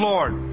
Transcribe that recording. Lord